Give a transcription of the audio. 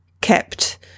kept